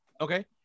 Okay